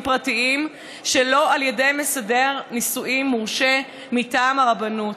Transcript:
פרטיים שלא על ידי מסדר נישואים מורשה מטעם הרבנות.